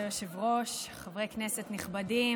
כבוד היושב-ראש, חברי כנסת נכבדים,